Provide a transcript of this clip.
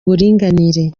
buringanire